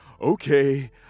okay